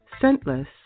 scentless